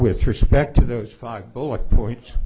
with respect to those five bullet points